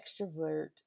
Extrovert